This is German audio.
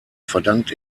verdankt